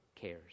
cares